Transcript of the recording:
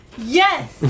Yes